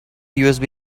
usb